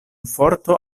forto